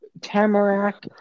tamarack